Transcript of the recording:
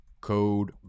Code